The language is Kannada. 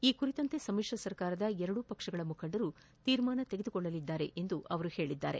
ಈ ಕುರಿತಂತೆ ಸಮಿತ್ರ ಸರ್ಕಾರದ ಎರಡೂ ಪಕ್ಷಗಳ ಮುಖಂಡರು ತೀರ್ಮಾನ ತೆಗೆದುಕೊಳ್ಳಲಿದ್ದಾರೆ ಎಂದು ಅವರು ಹೇಳಿದ್ದಾರೆ